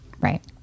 Right